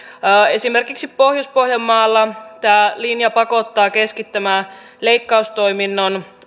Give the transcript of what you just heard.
esimerkiksi pohjois pohjanmaalla tämä linja pakottaa keskittämään leikkaustoiminnon